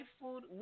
food